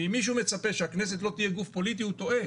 ואם מישהו מצפה שהכנסת לא תהיה גוף פוליטי הוא טועה,